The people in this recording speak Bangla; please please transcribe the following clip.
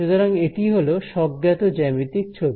সুতরাং এটি হলো স্বজ্ঞাত জ্যামিতিক ছবি